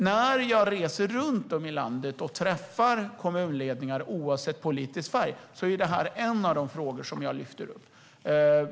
När jag reser runt i landet och träffar kommunledningar, oavsett politisk färg, är det en av de frågor jag lyfter upp.